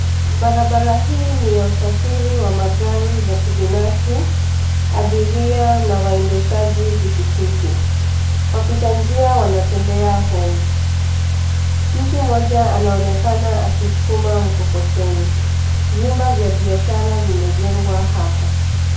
Barabara hii ni ya usafiri wa magari za kibinafsi, abiria na waendeshaji pikipiki. Wapita njia wanatembea humu. Mtu mmoja anaonekana akiskuma mkokoteni. Vyumba vya biashara vimejengwa hapa.